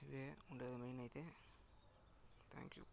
ఇదే ఉండేది మెయిన్ అయితే థ్యాంక్ యూ